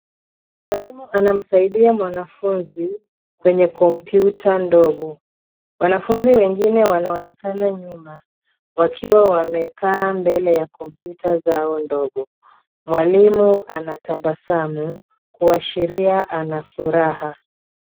Mwalimu anamsaidia mwanafunzi kwenye kompyuta ndogo. Wanafunzi wengine wanaonekana nyuma wkiwa wamekaa mbele ya kompyuta zao ndogo. Mwaliu anatabasamu kuashiria ana furaha.